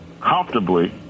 comfortably